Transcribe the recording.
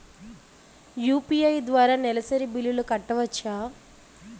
UPI ద్వారా నెలసరి బిల్లులు కట్టవచ్చా?